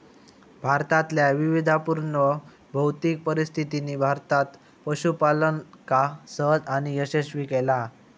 भारतातल्या विविधतापुर्ण भौतिक परिस्थितीनी भारतात पशूपालनका सहज आणि यशस्वी केला हा